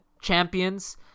champions